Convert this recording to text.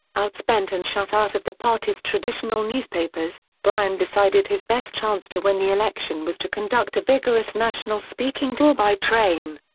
outspent and shut out of the party's traditional newspapers, bryan decided his best chance to win the election was to conduct a vigorous national speaking tour by train.